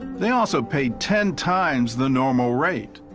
they also paid ten times the normal rate.